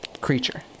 creature